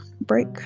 break